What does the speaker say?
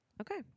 Okay